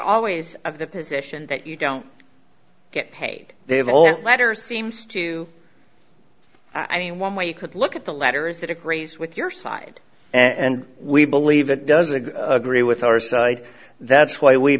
always of the position that you don't get paid they have all letters seems to i mean one way you could look at the latter is that a graze with your side and we believe it does a agree with our side that's why we